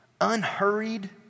unhurried